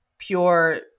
Pure